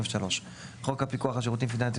חוק הבנקאות (רישוי), התשמ"א